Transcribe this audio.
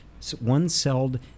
One-celled